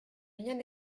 rien